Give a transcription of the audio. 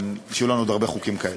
ושיהיו לנו עוד הרבה חוקים כאלה.